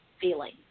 feeling